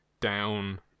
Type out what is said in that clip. down